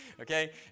Okay